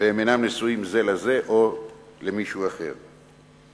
ונשואים זה לזה או למישהו אחר.